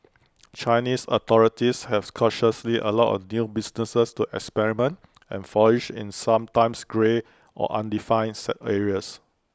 Chinese authorities have cautiously allowed new businesses to experiment and flourish in sometimes grey or undefined areas